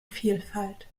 vielfalt